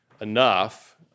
enough